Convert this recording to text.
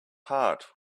heart